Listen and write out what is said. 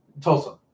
Tulsa